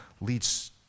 leads